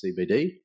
cbd